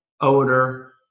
odor